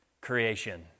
creation